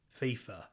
fifa